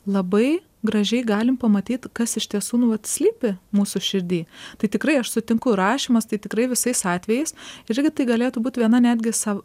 labai gražiai galim pamatyt kas iš tiesų nu vat slypi mūsų širdy tai tikrai aš sutinku rašymas tai tikrai visais atvejais irgi tai galėtų būt viena netgi sav